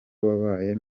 wabaye